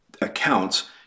accounts